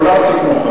כולם סיכמו,